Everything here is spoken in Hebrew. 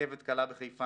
רכבת קלה בחיפה-נצרת,